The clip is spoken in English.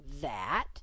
That